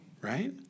Right